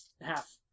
half